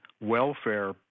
welfare